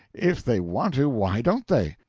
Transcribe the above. if they want to, why don't they?